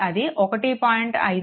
కాబట్టి అది 1